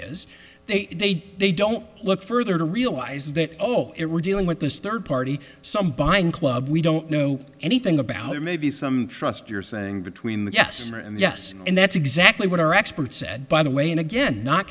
is they they don't look further to realize that oh it we're dealing with this third party some buying club we don't know anything about or maybe some trust you're saying between yes and yes and that's exactly what our expert said by the way and again not